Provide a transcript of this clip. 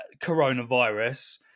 coronavirus